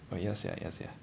oh ya sia ya sia